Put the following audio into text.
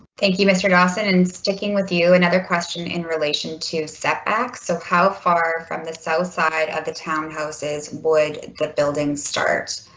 thank you mr. dawson and sticking with you another question in relation to step back. so how far from the south side of the townhouses would the building start?